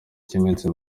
cy’iminsi